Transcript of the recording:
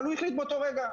אבל הוא החליט באותו רגע.